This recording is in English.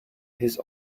his